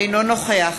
אינו נוכח